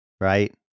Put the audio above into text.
right